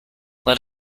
let